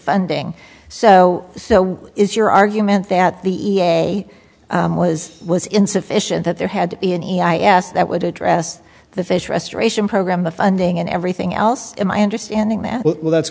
funding so so is your argument that the it was was insufficient that there had to be any i a s that would address the fish restoration program the funding and everything else in my understanding that well that's